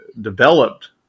developed